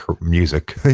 music